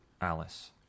Alice